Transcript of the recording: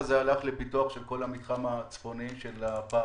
הזה הלך לפיתוח של כל המתחם הצפוני של הפארק.